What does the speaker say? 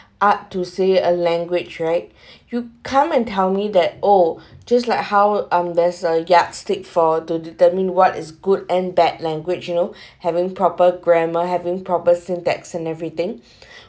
art to say a language right you come and tell me that oh just like how embarrassed a yardstick for to determine what is good and bad language you know having proper grammar having proper syntax and everything